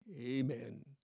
Amen